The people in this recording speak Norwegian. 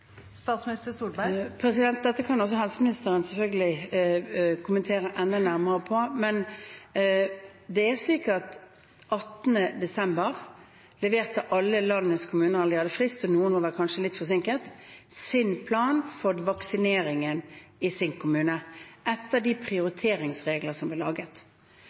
Dette kan også helseministeren, selvfølgelig, kommentere enda nærmere. Det er slik at 18. desember leverte alle landets kommuner – de hadde den fristen, og noen var kanskje litt forsinket – sin plan for vaksineringen i sin kommune etter de prioriteringsreglene som er laget.